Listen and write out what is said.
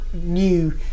new